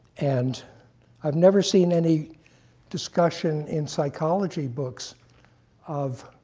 and i've never seen any discussion in psychology books of